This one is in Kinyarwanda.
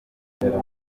umugore